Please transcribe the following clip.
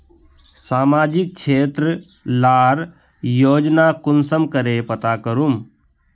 सामाजिक क्षेत्र लार योजना कुंसम करे पता करूम?